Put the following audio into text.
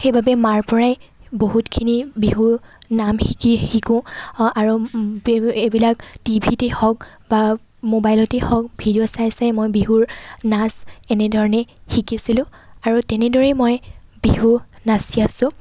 সেইবাবেই মাৰ পৰাই বহুতখিনি বিহুনাম শিকি শিকোঁ আৰু এইবি এইবিলাক টিভিটেই হওঁক বা ম'বাইলতেই হওঁক ভিডিঅ' চাই চাই মই বিহুৰ নাচ এনেধৰণেই শিকিছিলোঁ আৰু তেনেদৰেই মই বিহু নাচি আছোঁ